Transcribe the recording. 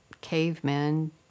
cavemen